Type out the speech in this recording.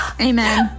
amen